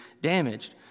damaged